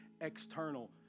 external